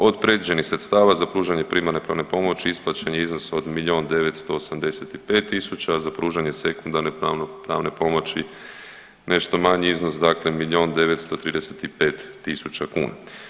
Od predviđenih sredstava za pružanje primarne pravne pomoći isplaćen je iznos od milijun 985 tisuća, a za pružanje sekundarne pravne pomoći nešto manji iznos dakle, milion 935 tisuća kuna.